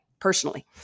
personally